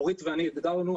אורית ואני הגדרנו.